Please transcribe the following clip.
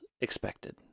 expected